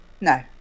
no